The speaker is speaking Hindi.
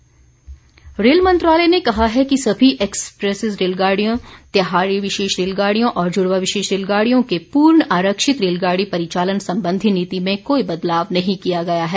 रेल आरक्षण रेल मंत्रालय ने कहा है कि सभी एक्सप्रेस रेलगाडियों त्यौहारी विशेष रेलगाडियों और जुडवां विशेष रेलगाडियों के पूर्ण आरक्षित रेलगाडी परिचालन संबंधी नीति में कोई बदलाव नहीं किया गया है